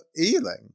Ealing